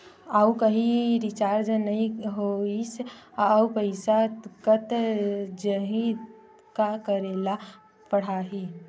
आऊ कहीं रिचार्ज नई होइस आऊ पईसा कत जहीं का करेला पढाही?